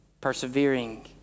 persevering